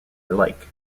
like